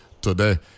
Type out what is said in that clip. today